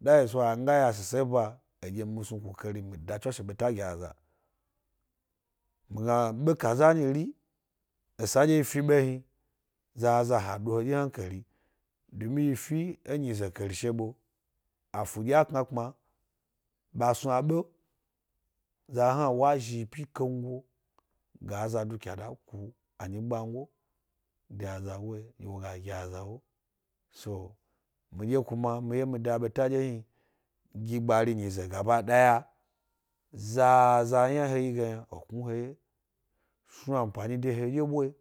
That is why mi ga yashise ba, eɗye mi snu kukari mi da tswashe ɓeta gi aza. Mi gna be kaza nyiri, esa ndye yi fi be hni zaza hado wodye hankari, domi yi fi enyize karshe be, afudyiyi a knakpma bas nu abe. Za hna wa zhi yi p kangu ga aza dukya da ku, any i gbangoyi de azagoyi dye wo ga gi aza wo so midye kuma mi ye mi da ɓeta ɗye hni gi gbarii nyize gabadaya zaza yna he yi yna e knu he wye. Snu ampani de hedye bwayi